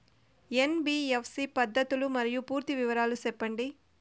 NBFC పద్ధతులు మరియు పూర్తి వివరాలు సెప్పండి?